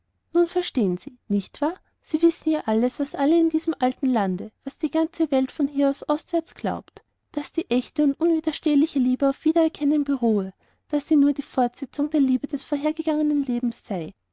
nun verstehen sie nicht wahr sie wissen ja was alle in diesem alten lande was die ganze welt von hier aus ostwärts glaubt daß die echte und unwiderstehliche liebe auf wiedererkennen beruhe daß sie nur die fortsetzung der liebe eines vorhergegangenen lebens sei